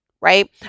right